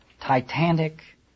titanic